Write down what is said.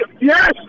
Yes